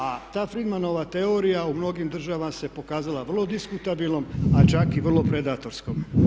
A ta Fridmanova teorija u mnogim državama se pokazala vrlo diskutabilnom a čak i vrlo predatorskom.